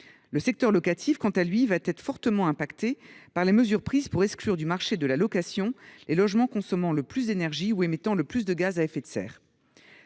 Le secteur locatif, quant à lui, sera fortement touché par les mesures prises pour exclure du marché de la location les logements consommant le plus d’énergie ou émettant le plus de gaz à effet de serre.